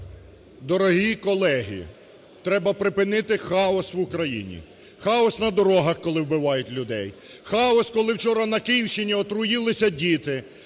Дорогі колеги, треба припинити хаос в Україні. Хаос на дорогах, коли вбивають людей. Хаос, коли вчора на Київщині отруїлися діти,